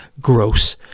gross